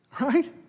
Right